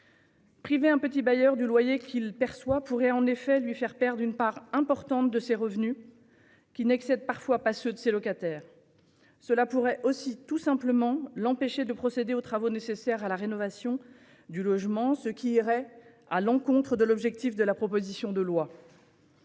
Priver un petit bailleur du loyer qu'il perçoit pourrait en effet lui faire perdre une part importante de ses revenus, qui n'excèdent parfois pas ceux de ses locataires. Cela pourrait aussi, tout simplement, l'empêcher de procéder aux travaux nécessaires à la rénovation du logement, ce qui irait à l'encontre de l'objectif des auteurs de la proposition de loi.